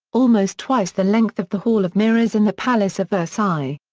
almost twice the length of the hall of mirrors in the palace of versailles.